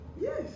Yes